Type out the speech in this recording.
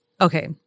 Okay